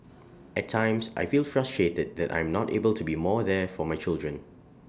at times I feel frustrated that I'm not able to be more there for my children